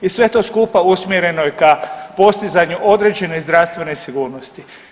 I sve to skupa usmjereno je ka postizanju određene zdravstvene sigurnosti.